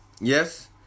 Yes